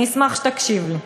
אני אשמח שתקשיב לי.